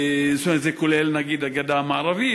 זאת אומרת, זה כולל, נגיד, את הגדה המערבית?